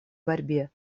борьбе